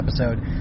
episode